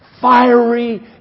fiery